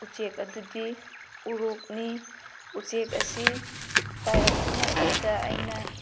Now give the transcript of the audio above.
ꯎꯆꯦꯛ ꯑꯗꯨꯗꯤ ꯎꯔꯣꯛꯅꯤ ꯎꯆꯦꯛ ꯑꯁꯤ ꯄꯥꯏꯔꯛꯄ ꯃꯇꯝꯗ ꯑꯩꯅ